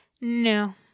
no